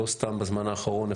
לא סתם בזמן האחרון,